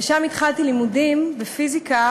ושם התחלתי לימודים בפיזיקה,